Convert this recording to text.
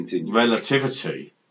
relativity